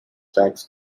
tax